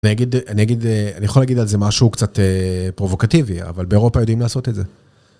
אני יכול להגיד על זה משהו קצת פרובוקטיבי, אבל באירופה יודעים לעשות את זה.